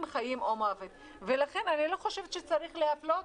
חיים או מוות ולכן אני לא חושבת שצריך להפלות,